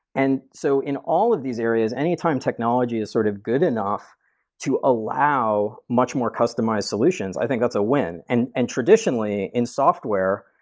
and so in all of these areas, anytime technology is sort of good enough to allow much more customized solutions, i think that's a win. and and traditionally, in software,